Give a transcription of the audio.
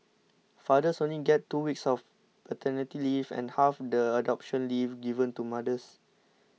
fathers only get two weeks of paternity leave and half the adoption leave given to mothers